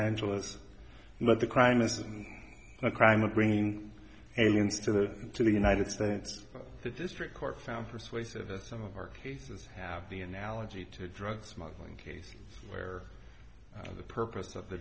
angeles not the crime isn't a crime of bringing aliens to the into the united states the district court found persuasive that some of our cases have the analogy to drug smuggling cases where the purpose of the